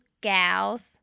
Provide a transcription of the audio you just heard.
gals